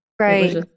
Right